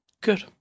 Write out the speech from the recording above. Good